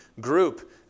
group